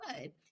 good